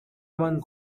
one